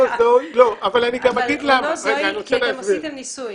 כי עשיתם ניסוי.